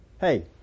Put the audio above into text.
Hey